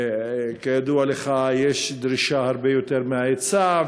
כידוע לך, יש דרישה יותר מההיצע.